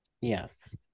Yes